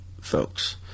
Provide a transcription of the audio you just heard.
folks